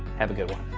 have a good one.